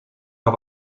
auf